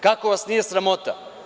Kako vas nije sramota?